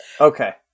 okay